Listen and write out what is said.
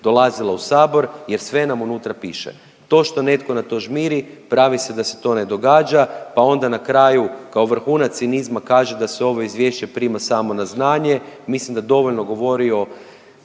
dolazila u Sabor jer sve nam unutra piše. To što netko na to žmiri pravi se da se to ne događa, pa onda na kraju kao vrhunac cinizma kaže da se ovo izvješće prima samo na znanje mislim da dovoljno govori o